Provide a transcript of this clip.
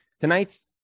tonight's